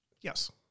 Yes